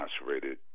incarcerated